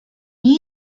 nie